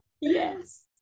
Yes